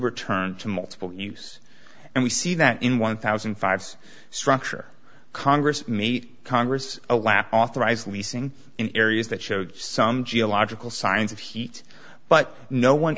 returned to multiple use and we see that in one thousand and five dollars structure congress meat congress alap authorized leasing in areas that showed some geological signs of heat but no one